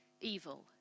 evil